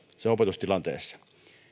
siinä opetustilanteessa